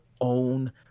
own